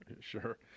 Sure